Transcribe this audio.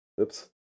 Oops